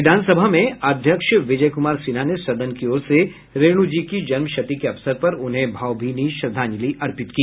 विधानसभा में अध्यक्ष विजय कुमार सिन्हा ने सदन की ओर से रेणु जी की जन्मशती के अवसर पर उन्हें भावभीनी श्रद्धांजलि अर्पित की